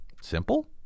simple